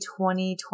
2020